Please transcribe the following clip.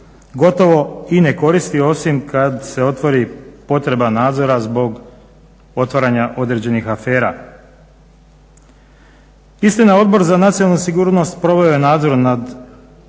gotovo i ne koristi osim kad se otvori potreba nadzora zbog otvaranja određenih afera. Istina, Odbor za nacionalnu sigurnost proveo je nadzor službama